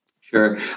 Sure